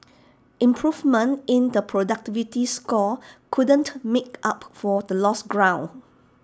improvement in the productivity score couldn't make up for the lost ground